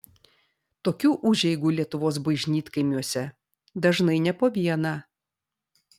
tokių užeigų lietuvos bažnytkaimiuose dažnai ne po vieną